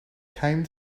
came